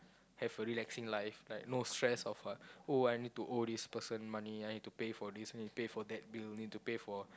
have a relaxing life like no stress of a oh I need to owe this person money I need to pay for this I need to pay for that bill need to pay for